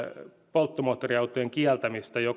polttomoottoriautojen kieltämistä jo